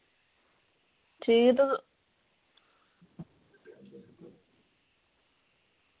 ठीक तू